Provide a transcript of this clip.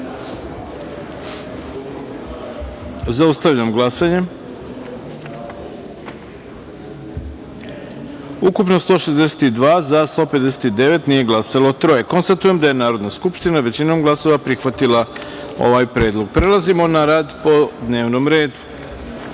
taster. Zaustavljam glasanje: ukupno – 162, za – 159, nije glasalo troje. Konstatujem da je Narodna skupština većinom glasova prihvatila ovaj predlog. Prelazimo na rad po dnevnom redu. Želim